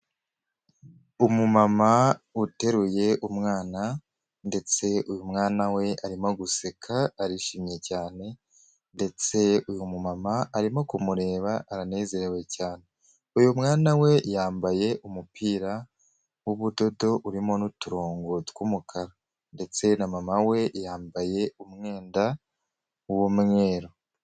Umu mama uteruye umwana ndetse uyu mwana we arimo guseka arishimye cyane, ndetse uyu mumama arimo kumureba aranezerewe cyane. Uyu mwana we yambaye umupira w'ubudodo urimo n'uturongo tw'umukara ndetse na mama we yambaye umwenda w'umweru.